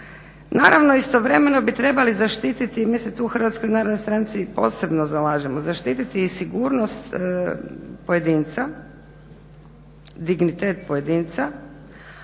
Naravno istovremeno bi trebali zaštiti, mi se tu u HNS posebno zalažemo, zaštiti i sigurnost pojedinca, dignitet pojedinca